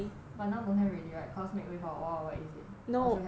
but now don't have already right cause made for a wild or is it or you have